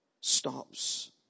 stops